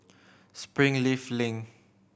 Springleaf Link